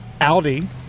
Audi